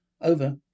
over